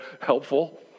helpful